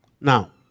Now